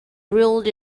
ruled